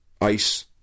ice